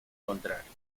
contrario